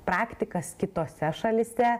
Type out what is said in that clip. praktikas kitose šalyse